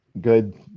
good